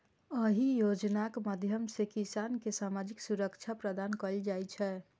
एहि योजनाक माध्यम सं किसान कें सामाजिक सुरक्षा प्रदान कैल जाइ छै